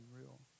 real